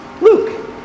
Luke